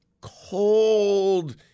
cold